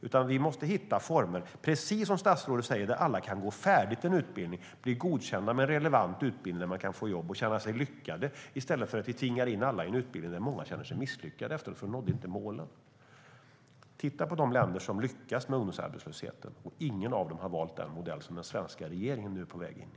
Som statsrådet säger måste vi hitta former där alla kan gå färdigt en utbildning och bli godkända, få jobb och känna sig lyckade. Vi ska inte tvinga in alla i en utbildning där många känner sig misslyckade därför att de inte nått målen. Titta på de länder som lyckas med ungdomsarbetslösheten! Inget av dem har valt den modell som den svenska regeringen nu är på väg in i.